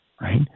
right